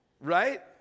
Right